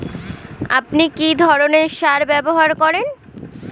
আপনি কী ধরনের সার ব্যবহার করেন?